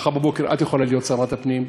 מחר בבוקר את יכולה להיות שרת הפנים,